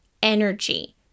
energy